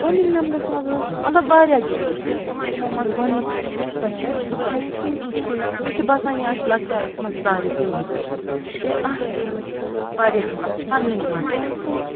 گۄڈٕنِکۍ نمبرس منٛز حظ چھِ مطلب واریاہ گیمہٕ چھِ تِمو منٛز گۄڈٕنِچ یۄس چھےٚ سۄ چھےٚ چھُپن چھُپایی مےٚ چھُ باسان یہِ آسہِ لۄکچارس منٛز ساروی گِندمٕژ بییٚہِ اَتھ گیمہِ چھُ واریاہ مزٕ پنٛنُے مزٕ آسان